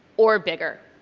or bigger!